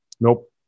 Nope